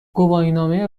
گواهینامه